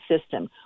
system